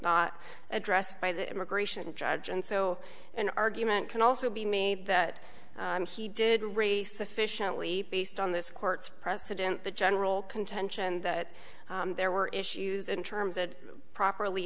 not addressed by the immigration judge and so an argument can also be me that he did research officially based on this court's precedent the general contention that there were issues in terms of properly